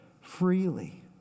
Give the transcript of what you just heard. freely